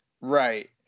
Right